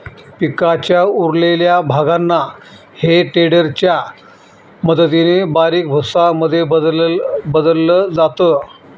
पिकाच्या उरलेल्या भागांना हे टेडर च्या मदतीने बारीक भुसा मध्ये बदलल जात